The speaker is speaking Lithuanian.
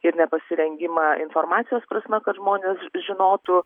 ir nepasirengimą informacijos prasme kad žmonės žinotų